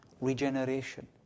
Regeneration